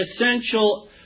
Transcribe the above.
essential